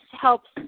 helps